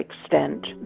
extent